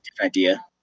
idea